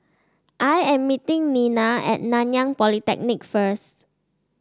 I am meeting Nena At Nanyang Polytechnic first